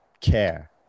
care